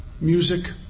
music